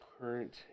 current